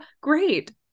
great